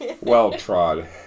well-trod